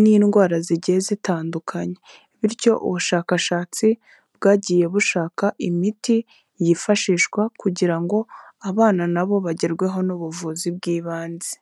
n'indwara zigiye zitandukanye, bityo ubushakashatsi bwagiye bushaka imiti yifashishwa kugira ngo abana nabo bagerweho n'ubuvuzi bw'ibanze.